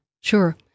Sure